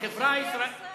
החברה הישראלית,